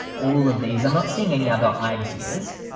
all of these, i'm not seeing any other ideas.